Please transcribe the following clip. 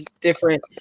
different